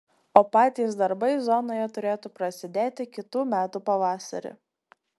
o patys darbai zonoje turėtų prasidėti kitų metų pavasarį